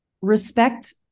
respect